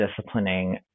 disciplining